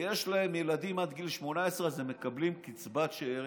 ויש להם ילדים עד גיל 18, הם מקבלים קצבת שאירים.